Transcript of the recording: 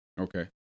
Okay